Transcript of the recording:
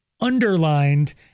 underlined